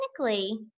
Technically